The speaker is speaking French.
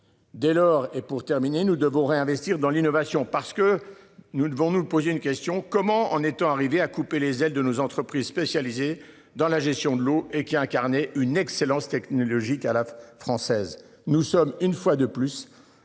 Dès lors, et pour terminer nous devons réinvestir dans l'innovation, parce que nous devons nous poser une question, comment en étant arrivé à couper les ailes de nos entreprises spécialisées dans la gestion de l'eau et qui incarnait une excellence technologique à la française.